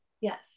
Yes